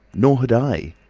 nor had i.